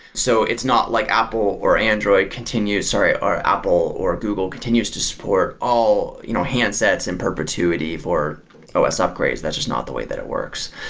so it's not like apple or android continues or or apple, or google continues to support all you know handsets in perpetuity for os upgrades. that's just not the way that it works.